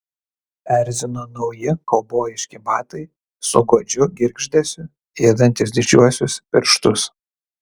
erzino nauji kaubojiški batai su godžiu girgždesiu ėdantys didžiuosius pirštus